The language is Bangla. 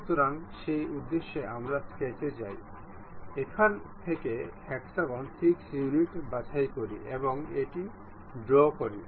সুতরাং সেই উদ্দেশ্যে আমরা স্কেচে যাই এখান থেকে হেক্সাগন 6 ইউনিট বাছাই করি এবং এটি ড্রও করি